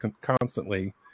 constantly